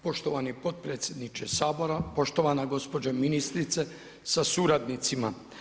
Poštovani podpredsjedniče Sabora, poštovana gospođo ministrice sa suradnicima.